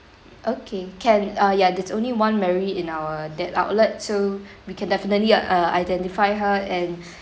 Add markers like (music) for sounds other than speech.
okay can uh ya there's only one mary in our that outlet so (breath) we can definitely uh identify her and (breath)